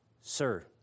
sir